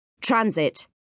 Transit